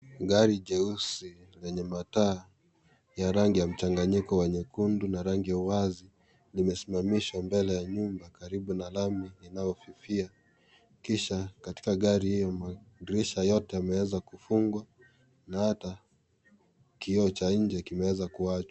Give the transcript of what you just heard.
Gari jeusi lenye mataa ya rangi ya mchanganyiko wa nyekundu na rangi wazi limesimamishwa mbele ya nyumba karibu na lami inayofifia kisha katika gari hiyo madirisha yote imeeza kufungwa na ata kioo cha nje kimeeza kuachwa.